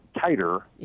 tighter